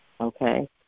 okay